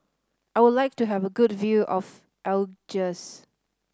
I would like to have a good view of Algiers